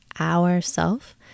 Ourself